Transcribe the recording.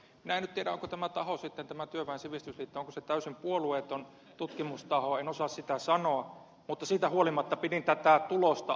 minä en nyt tiedä onko sitten tämä työväen sivistysliitto täysin puolueeton tutkimustaho en osaa sitä sanoa mutta siitä huolimatta pidin tätä tulosta aika merkittävänä